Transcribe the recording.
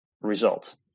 result